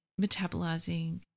metabolizing